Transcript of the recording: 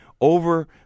over